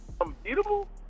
unbeatable